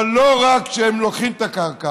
אבל לא רק שהם לוקחים את הקרקע